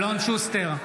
אלון שוסטר,